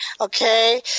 Okay